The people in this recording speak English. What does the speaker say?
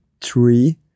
three